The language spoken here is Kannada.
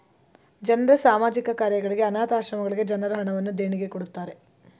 ಜನರು ಸಾಮಾಜಿಕ ಕಾರ್ಯಗಳಿಗೆ, ಅನಾಥ ಆಶ್ರಮಗಳಿಗೆ ಜನರು ಹಣವನ್ನು ದೇಣಿಗೆ ಕೊಡುತ್ತಾರೆ